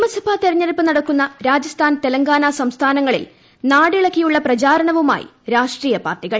നിയമസഭാ തെരഞ്ഞെടുപ്പ് നടക്കുന്ന രാജസ്ഥാൻ തെലങ്കാന സംസ്ഥാനങ്ങളിൽ നാടിളക്കിയുള്ള പ്രചരണവുമായി രാഷ്ട്രീയ പാർട്ടികൾ